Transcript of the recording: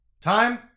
Time